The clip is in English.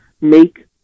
make